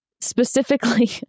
specifically